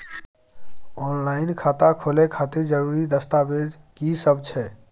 Online खाता खोले खातिर जरुरी दस्तावेज की सब छै?